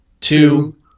two